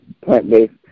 plant-based